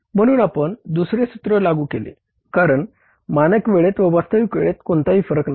म्हणून आपण दुसरे सूत्र लागू केले कारण मानक वेळेत व वास्तविक वेळेत कोणताही फरक नाही